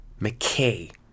mckay